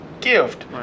gift